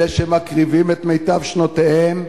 אלה שמקריבים את מיטב שנותיהם,